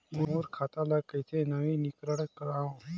मोर खाता ल कइसे नवीनीकरण कराओ?